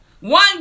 One